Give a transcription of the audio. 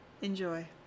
Enjoy